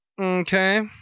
Okay